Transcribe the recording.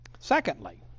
Secondly